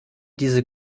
diese